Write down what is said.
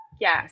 Yes